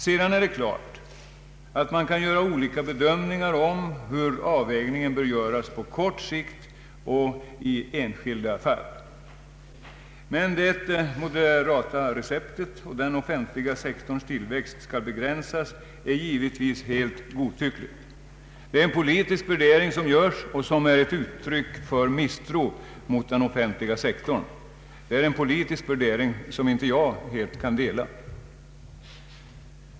Sedan är det klart att man kan göra olika bedömningar av hur avvägningen bör göras på kort sikt och i enskilda fall. Men det moderata receptet att den offentliga sektorns tillväxt skall begränsas är givetvis helt godtyckligt. Det är en politisk värdering som görs och som är ett uttryck för misstro mot den offentliga sektorn. Det är en politisk värdering som jag inte helt kan instämma i.